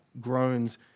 groans